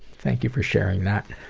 thank you for sharing that.